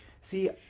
See